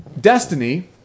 Destiny